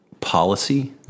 policy